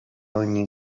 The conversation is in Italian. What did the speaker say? ogni